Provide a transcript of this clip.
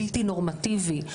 בלתי נורמטיבי,